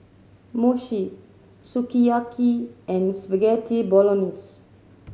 Mochi Sukiyaki and Spaghetti Bolognese